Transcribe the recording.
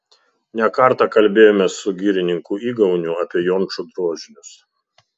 ne kartą kalbėjomės su girininku igauniu apie jončo drožinius